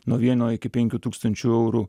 nuo vieno iki penkių tūkstančių eurų